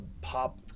pop